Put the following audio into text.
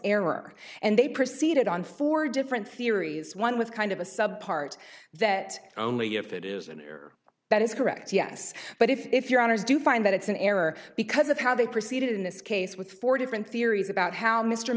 error and they proceeded on four different theories one with kind of a subpart that only if it isn't there that is correct yes but if your honour's do find that it's an error because of how they proceed in this case with four different theories about how mr